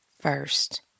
first